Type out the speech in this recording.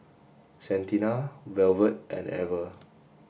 Santina Velvet and Ever